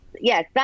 yes